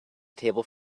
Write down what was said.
table